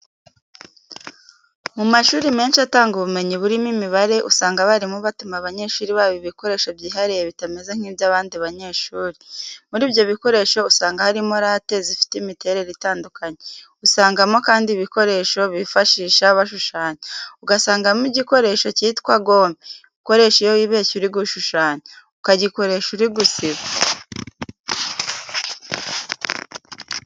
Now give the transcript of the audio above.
Mu mashuri menshi atanga ubumenyi burimo imibare, usanga abarimu batuma abanyeshuri babo ibikoresho byihariye bitameze nk'iby'abandi banyeshuri. Muri ibyo bikoresho usanga harimo late zifite imiterere itandukanye, usangamo kandi igikoresho bifashisha bashushanya, ugasangamo igikoresho cyitwa gome ukoresha iyo wibeshye uri gushushanya, ukagikoresha uri gusiba.